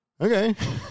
okay